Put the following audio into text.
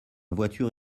voiture